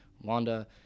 Wanda